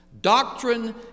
doctrine